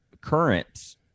currents